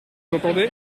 entendez